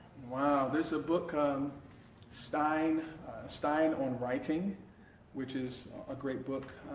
wow there's a book um stein stein on writing which is a great book.